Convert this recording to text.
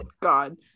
god